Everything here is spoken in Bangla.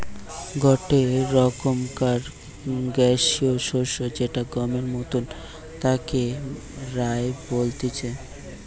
গটে রকমকার গ্যাসীয় শস্য যেটা গমের মতন তাকে রায় বলতিছে